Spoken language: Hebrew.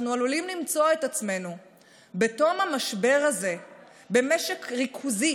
אנחנו עלולים למצוא את עצמנו בתום המשבר הזה במשק ריכוזי.